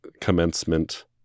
commencement